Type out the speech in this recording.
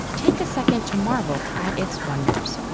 take a second to marvel at its wonders.